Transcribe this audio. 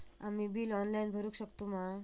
आम्ही bill online भरुक शकतू मा?